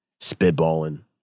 spitballing